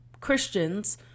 Christians